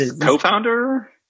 Co-founder